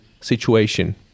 situation